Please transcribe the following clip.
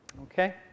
Okay